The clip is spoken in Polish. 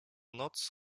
noc